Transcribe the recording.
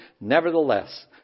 nevertheless